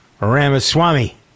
ramaswamy